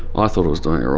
ah thought i was doing ah